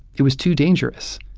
it was too dangerous.